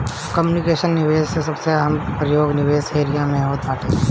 computational निवेश के सबसे आम प्रयोग निवेश के एरिया में होत बाटे